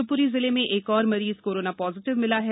शिवपुरी जिले में एक और मरीज कोरोना पॉजिटिव मिला है